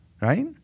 right